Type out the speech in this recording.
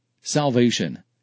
Salvation